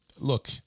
look